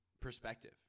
perspective